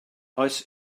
oes